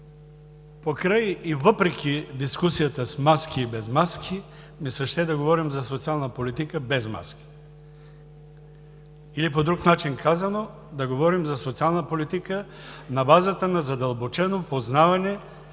Покрай и въпреки дискусията с маски и без маски, ми се ще да говорим за социална политика без маски, или по друг начин казано, да говорим за социална политика на базата на задълбочено познаване